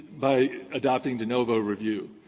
by adopting de novo review.